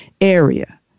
area